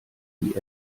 die